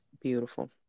Beautiful